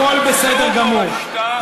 הכול בסדר גמור.